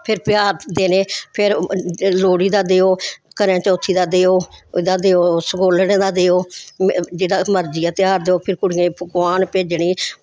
फिर तेहार देने फिर लोह्ड़ी दा देओ करेआचौथी दा देओ ओह्दा देओ सगोलड़े दा देओ जेह्ड़ा मरजी ऐ दा तेहार देओ फिर कुड़ियें गी पकोआन भेजने